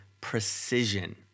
precision